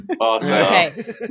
Okay